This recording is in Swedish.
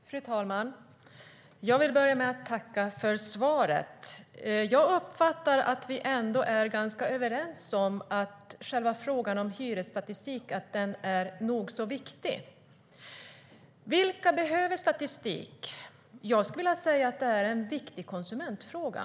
Fru talman! Jag vill börja med att tacka för svaret. Jag uppfattar att vi ändå är ganska överens om att själva frågan om hyresstatistik är nog så viktig. Vilka behöver statistik? Jag skulle vilja säga att det är en viktig konsumentfråga.